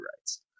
rights